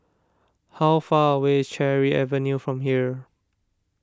how far away is Cherry Avenue from here